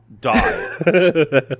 die